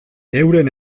euren